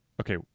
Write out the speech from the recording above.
Okay